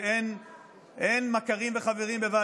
אני אומר לך מה קרה לו.